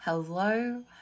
Hello